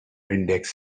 index